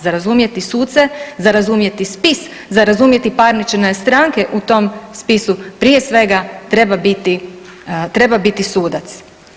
Za razumjeti suce, za razumjeti spis, za razumjeti parnične stranke u tom spisu, prije svega treba biti sudac.